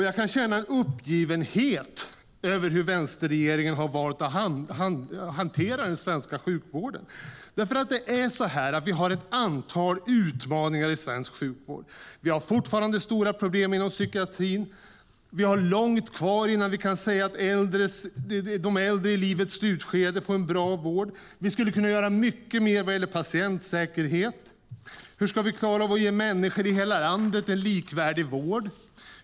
Jag kan känna en uppgivenhet över hur vänsterregeringen har valt att hantera den svenska sjukvården. Vi har ett antal utmaningar i svensk sjukvård. Vi har fortfarande stora problem inom psykiatrin, och vi har långt kvar innan vi kan säga att de äldre i livets slutskede får en bra vård. Vi skulle kunna göra mycket mer vad gäller patientsäkerhet. Hur ska vi klara av att ge människor i hela landet en likvärdig vård?